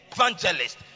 evangelist